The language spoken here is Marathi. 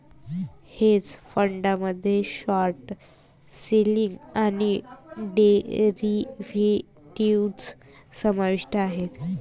हेज फंडामध्ये शॉर्ट सेलिंग आणि डेरिव्हेटिव्ह्ज समाविष्ट आहेत